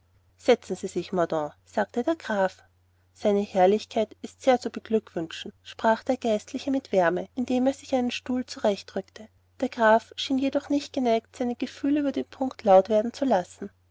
setzen sie sich mordaunt sagte der graf eure herrlichkeit ist sehr zu beglückwünschen sprach der geistliche mit wärme indem er sich einen stuhl zurechtrückte der graf schien jedoch nicht geneigt seine gefühle über den punkt laut werden zu lassen